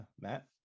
Matt